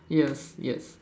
yes yes